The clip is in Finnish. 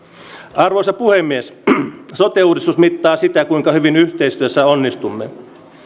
arvoisa puhemies sote uudistus mittaa sitä kuinka hyvin yhteistyössä onnistumme